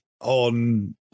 on